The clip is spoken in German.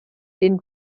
den